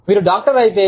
మీరు డాక్టర్ అయితే